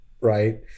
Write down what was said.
right